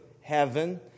heaven